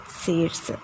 seeds